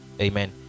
Amen